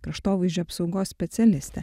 kraštovaizdžio apsaugos specialiste